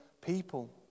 people